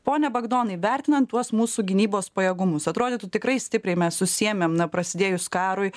pone bagdonai vertinant tuos mūsų gynybos pajėgumus atrodytų tikrai stipriai mes susiėmėm na prasidėjus karui